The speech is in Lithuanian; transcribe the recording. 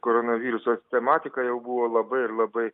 koronaviruso tematika jau buvo labai ir labai